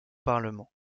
parlement